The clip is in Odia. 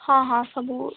ହଁ ହଁ ସବୁ ସବୁ କ୍ଲାସ୍